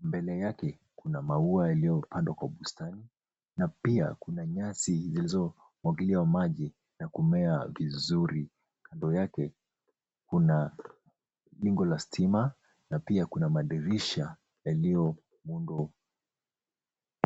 mbele yake kuna maua yaliyopandwa kwa bustani na pia kuna nyasi zilizomwagiliwa maji na kumea kizuri. Kando yake, kuna gingo la stima na pia kuna madirisha yaliyoundwa.